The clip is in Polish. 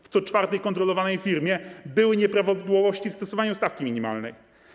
W co czwartej kontrolowanej firmie były nieprawidłowości w stosowaniu stawki minimalnej.